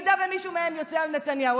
במידה שמישהו מהם יוצא על נתניהו.